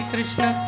Krishna